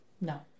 No